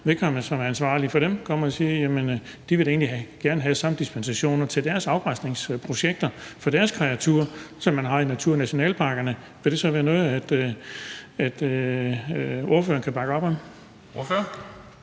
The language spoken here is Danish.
nu kom og sagde, at de da egentlig gerne vil have samme dispensationer til deres afgræsningsprojekter for deres kreaturer, som man har i naturnationalparkerne, ville det så være noget, ordføreren kunne bakke op om?